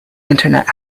internet